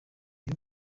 uyu